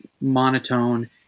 monotone